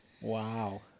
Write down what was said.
Wow